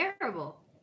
terrible